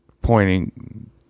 ...pointing